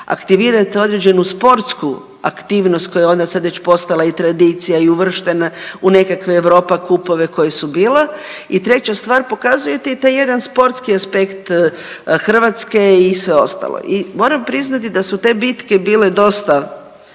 aktivirate određenu sportsku aktivnost koja je onda sad već postala i tradicija i uvrštena u nekakve Europa kupove koji su bila i treća stvar, pokazujete i taj jedan sportski aspekt Hrvatske i sve ostalo. I moram priznati da su te bitke bile dosta